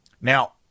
Now